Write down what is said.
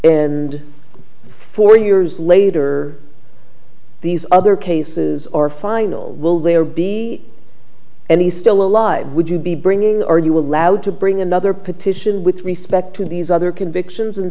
and four years later these other cases are final will there be any still alive would you be bringing or are you allowed to bring another petition with respect to these other convictions and